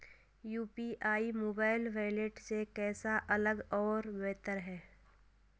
UPI mobile wallet से कैसे अलग और बेहतर है?